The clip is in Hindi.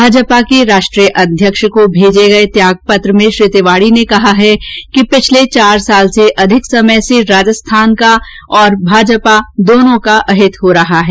भाजपा के राष्ट्रीय अध्यक्ष को भेजे त्यागपत्र में श्री तिवाडी ने कहा है कि पिछले चार साल से अधिक समय से राजस्थान का भी और भाजपा दोनों का अहित हो रहा है